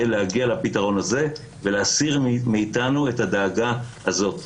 להגיע לפתרון הזה ולהסיר מאיתנו את הדאגה הזאת.